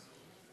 היא תחזור.